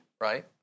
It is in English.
right